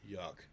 Yuck